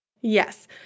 Yes